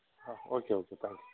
okay okay thank you